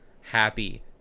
happy